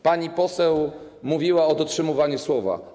Pani poseł mówiła o dotrzymywaniu słowa.